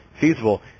feasible